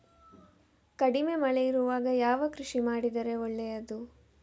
ಕಡಿಮೆ ಮಳೆ ಇರುವಾಗ ಯಾವ ಕೃಷಿ ಮಾಡಿದರೆ ಒಳ್ಳೆಯದು?